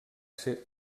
ser